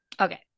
Okay